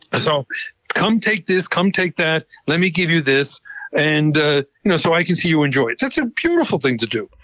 so come take this, come take that. let me give you this and ah you know so i can see you enjoy it. that's a beautiful thing to do.